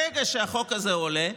ברגע שהחוק הזה עולה,